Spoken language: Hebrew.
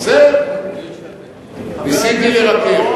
בסדר, ניסיתי לרכך.